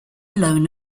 loan